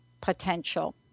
potential